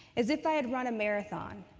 as if i had run a marathon.